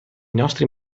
nostri